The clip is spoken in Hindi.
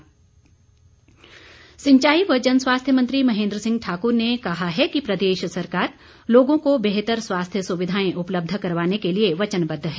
महेन्द्र सिंह सिंचाई व जन स्वास्थ्य मंत्री महेन्द्र सिंह ठाकुर ने कहा है कि प्रदेश सरकार लोगों को बेहतर स्वास्थ्य सुविधाएं उपलब्ध करवाने के लिए वचनबद्ध है